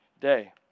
day